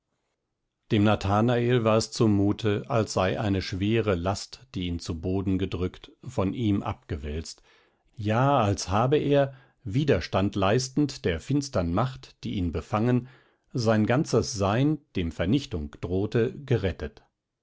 dem nathanael war es zumute als sei eine schwere last die ihn zu boden gedrückt von ihm abgewälzt ja als habe er widerstand leistend der finstern macht die ihn befangen sein ganzes sein dem vernichtung drohte gerettet